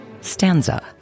stanza